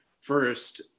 first